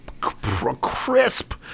crisp